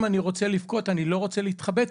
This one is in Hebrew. אם אני רוצה לבכות אני לא רוצה להתחבא,